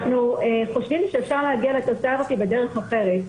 אנחנו חושבים שאפשר להגיע לתוצאה הזאת בדרך אחרת.